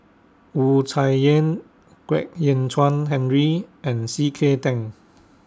Wu Tsai Yen Kwek Hian Chuan Henry and C K Tang